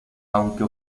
aunque